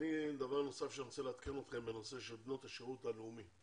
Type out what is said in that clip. דבר נוסף שאני רוצה לעדכן אתכם זה הנושא של בנות השירות הלאומי.